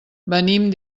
venim